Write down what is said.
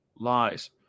Lies